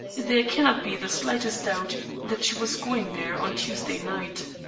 there cannot be the slightest doubt that she was going there on tuesday night.